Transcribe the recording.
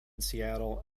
seattle